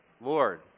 Lord